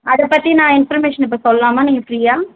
அதை பற்றி நான் இன்ஃபர்மேஷன் இப்போ சொல்லலாமா நீங்கள் ஃப்ரீயா